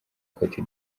cote